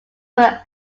were